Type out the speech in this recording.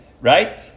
right